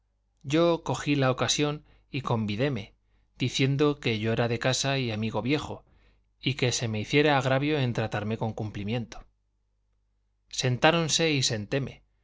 yo cogí la ocasión y convidéme diciendo que yo era de casa y amigo viejo y que se me hiciera agravio en tratarme con cumplimiento sentáronse y